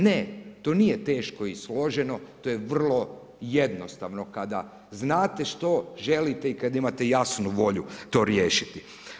Ne, to nije teško i složeno, to je vrlo jednostavno kada znate što želite i kada imate jasnu volju to riješiti.